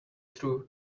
true